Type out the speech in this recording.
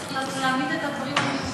צריך להעמיד את הדברים על דיוקם.